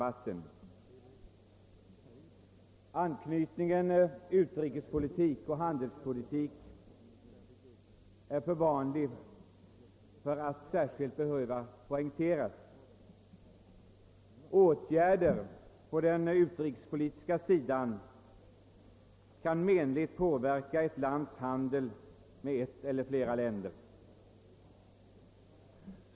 Anknytningen utrikespolitik—handelspolitik är för vanlig för att behöva poängteras. Åtgärder på den utrikespolitiska sidan kan menligt påverka ett lands handel med ett eller flera länder.